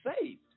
saved